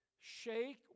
shake